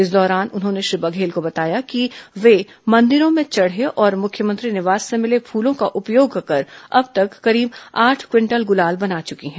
इस दौरान उन्होंने श्री बघेल को बताया कि वे मंदिरों में चढ़े और मुख्यमंत्री निवास से मिले फूलों का उपयोग कर अब तक करीब आठ क्विंटल गुलाल बना चुकी हैं